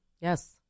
Yes